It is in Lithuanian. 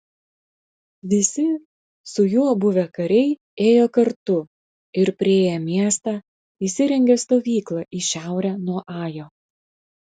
visi su juo buvę kariai ėjo kartu ir priėję miestą įsirengė stovyklą į šiaurę nuo ajo